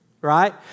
right